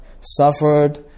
suffered